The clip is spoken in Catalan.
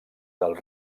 del